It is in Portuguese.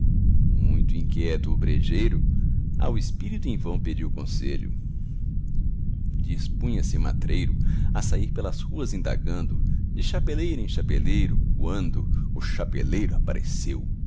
muito inquieto o brejeiro ao espírito em vão pediu conselho dispunha-se matreiro a sair pelas ruas indagando de chapeleiro em chapeleiro quando o chapeleiro apareceu